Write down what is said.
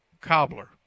cobbler